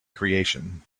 creation